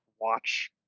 watch